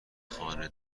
خانه